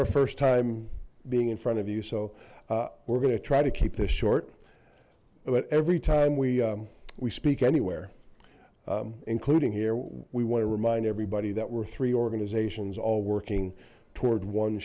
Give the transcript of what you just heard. our first time being in front of you so we're going to try to keep this short but every time we we speak anywhere including here we want to remind everybody that were three organizations all working toward one